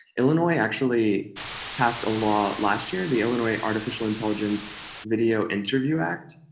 illinois actually passed a law last year, the illinois artificial intelligence video interview act,